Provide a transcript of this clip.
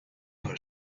were